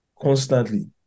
constantly